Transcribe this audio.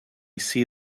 see